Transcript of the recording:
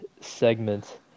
segment